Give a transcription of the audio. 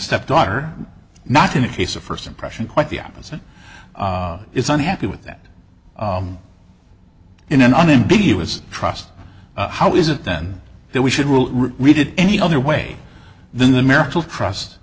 stepdaughter not in a case of first impression quite the opposite is unhappy with that in an unambiguous trust how is it then that we should rule read it any other way than the